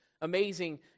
amazing